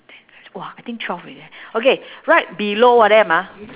ten e~ !wah! I think twelve already okay right below them ah